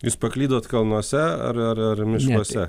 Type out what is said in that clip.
jūs paklydot kalnuose ar ar ar miškuose